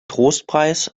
trostpreis